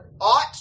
ought